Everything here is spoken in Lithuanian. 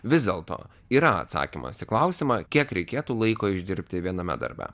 vis dėlto yra atsakymas į klausimą kiek reikėtų laiko išdirbti viename darbe